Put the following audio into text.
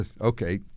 Okay